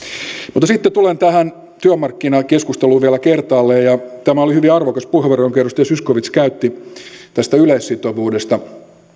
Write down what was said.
mutta sitten tulen tähän työmarkkinakeskusteluun vielä kertaalleen ja tämä oli hyvin arvokas puheenvuoro jonka edustaja zyskowicz käytti tästä yleissitovuudesta